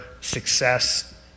success